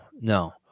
no